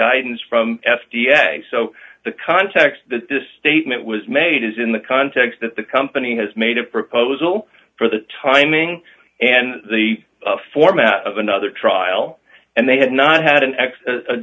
guidance from f d a so the context that this statement was made is in the context that the company has made a proposal for the timing and the format of another trial and they had not had an